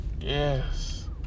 Yes